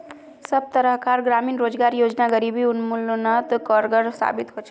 सब तरह कार ग्रामीण रोजगार योजना गरीबी उन्मुलानोत कारगर साबित होछे